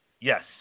Yes